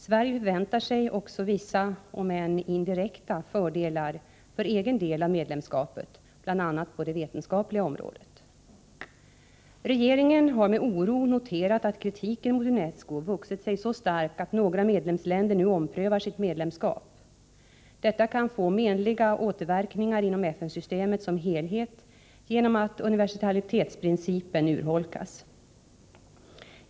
Sverige väntar sig också vissa, om än indirekta, fördelar för egen del av medlemskapet, bl.a. på det vetenskapliga området. Regeringen har med oro noterat att kritiken mot UNESCO vuxit sig så stark att några medlemsländer nu omprövar sitt medlemskap. Detta kan få menliga återverkningar inom FN-systemet som helhet genom att universalitetsprincipen urholkas.